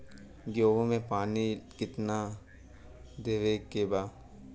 गेहूँ मे पानी कितनादेवे के बा?